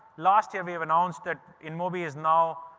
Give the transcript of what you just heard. last year, we have announced that inmobi is now,